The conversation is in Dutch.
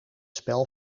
spel